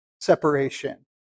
separation